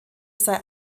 sei